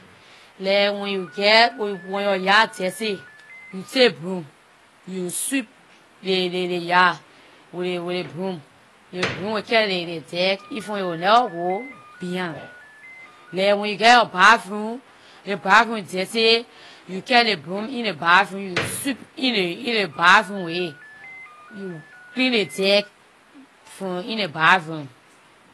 Like when you get- when yor yard dirty, you take broom. You sweep the yard with the broom, the broom will carry the dirt in front and it will never go behind. Like when you get yor bathroom, the bathroom dirty, you carry the broom in the bathroom- you sweep in the bathroom with it, you clean the dirt from in the bathroom.